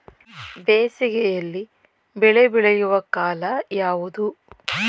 ಬೇಸಿಗೆ ಯಲ್ಲಿ ಬೆಳೆ ಬೆಳೆಯುವ ಕಾಲ ಯಾವುದು?